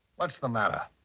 what's the matter?